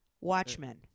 Watchmen